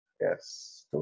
Yes